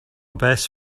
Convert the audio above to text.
best